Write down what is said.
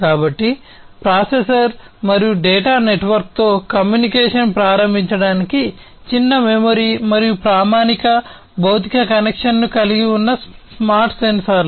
కాబట్టి ప్రాసెసర్ మరియు డేటా నెట్వర్క్తో కనెక్షన్ను కలిగి ఉన్న స్మార్ట్ సెన్సార్లు